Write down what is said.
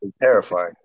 terrifying